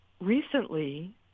recently